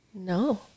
no